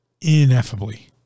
ineffably